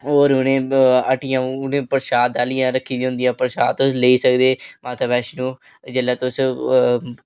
और उ'नें हट्टियां उ'नें प्रसाद आह्लियां रक्खी दियां होंदियां प्रसाद तुस लेई सकदे माता वैष्णो जेल्लै तुस